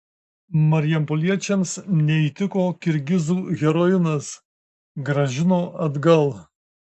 marijampoliečiams neįtiko kirgizų heroinas grąžino atgal